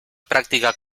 práctica